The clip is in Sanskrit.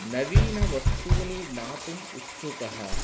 नवीनवस्तूनि ज्ञातुम् उत्सुकः